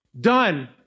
done